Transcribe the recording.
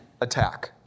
attack